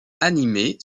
animée